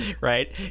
Right